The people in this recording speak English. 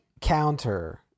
counter